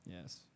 Yes